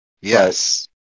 Yes